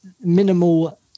minimal